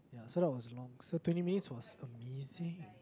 so that was long so twenty minutes was amazing in